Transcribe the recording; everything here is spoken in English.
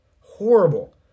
Horrible